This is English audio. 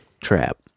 trap